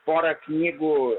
pora knygų